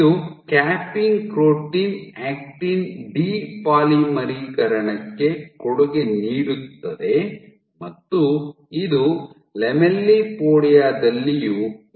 ಇದು capping protein actin ಡಿ ಪಾಲಿಮರೀಕರಣಕ್ಕೆ ಕೊಡುಗೆ ನೀಡುತ್ತದೆ ಮತ್ತು ಇದು ಲ್ಯಾಮೆಲ್ಲಿಪೋಡಿಯಾ ದಲ್ಲಿಯೂ ಇರುತ್ತದೆ